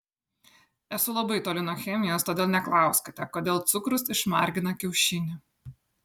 esu labai toli nuo chemijos todėl neklauskite kodėl cukrus išmargina kiaušinį